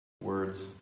words